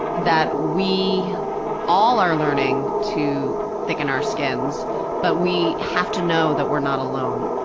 that we all are learning to thicken our skins but we have to know that we're not alone.